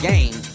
Game